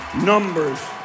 Numbers